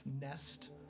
nest